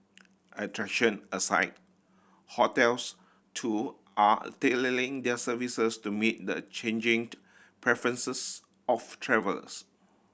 attraction aside hotels too are tailoring their services to meet the changing preferences of travellers